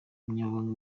umunyamabanga